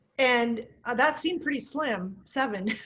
and ah that seemed pretty slim seven.